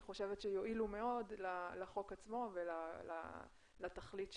חושבת שיועילו מאוד לחוק עצמו ולתכלית שלו.